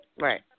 Right